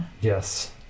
Yes